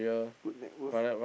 good net worth